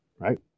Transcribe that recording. Right